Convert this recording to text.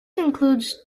includes